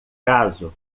caso